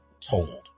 told